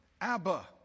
Abba